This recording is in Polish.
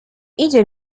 idzie